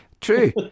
true